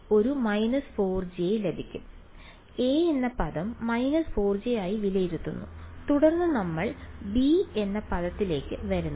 അതിനാൽ a എന്ന പദം − 4j ആയി വിലയിരുത്തുന്നു തുടർന്ന് നമ്മൾ b എന്ന പദത്തിലേക്ക് വരുന്നു